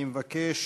אני מבקש